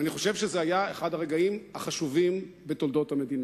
אני חושב שזה היה אחד הרגעים החשובים בתולדות המדינה.